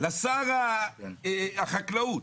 לשר החקלאות.